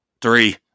Three